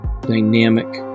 dynamic